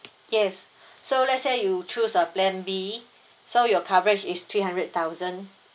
yes so let's say you choose a plan B so your coverage is three hundred thousand